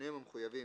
בשינויים המחויבים,